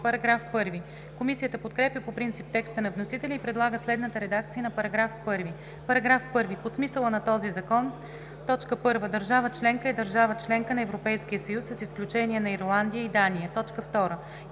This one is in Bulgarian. Закона. Комисията подкрепя по принцип текста на вносителя и предлага следната редакция на § 1: „§ 1. По смисъла на този закон: 1. „Държава членка“ е държава – членка на Европейския съюз, с изключение на Ирландия и Дания. 2.